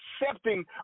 accepting